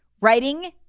Writing